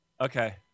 Okay